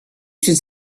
should